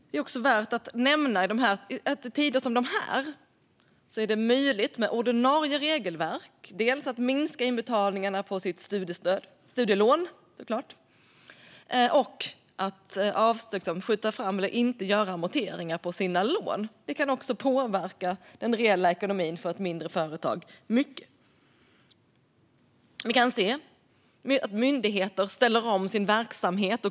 Det är också värt att nämna att i tider som dessa är det med ordinarie regelverk möjligt dels att minska inbetalningar på sitt studielån, dels att skjuta fram eller låta bli att amortera på sina lån. Det kan också påverka den reella ekonomin för ett mindre företag mycket. Vi kan också se att myndigheter ställer om sin verksamhet.